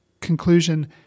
conclusion